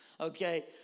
Okay